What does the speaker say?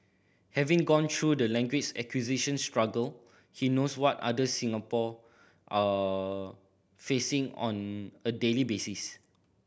having gone through the language acquisition struggle he knows what others Singapore are facing on a daily basis